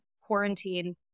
quarantine